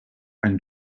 and